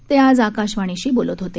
ते आज आकाशवाणीशी बोलत होते